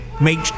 make